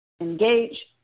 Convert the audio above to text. engage